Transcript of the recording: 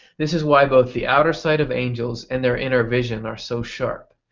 this is why both the outer sight of angels and their inner vision are so sharp.